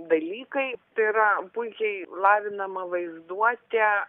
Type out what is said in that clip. dalykai tai yra puikiai lavinama vaizduotė